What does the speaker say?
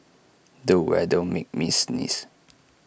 the weather made me sneeze